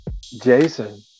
Jason